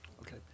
Okay